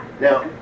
Now